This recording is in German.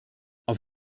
auf